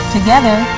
Together